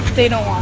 they don't